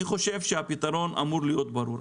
אני חושב שהפתרון אמור להיות ברור,